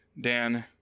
Dan